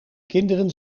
kinderen